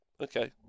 Okay